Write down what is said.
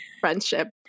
friendship